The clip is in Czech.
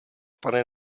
pane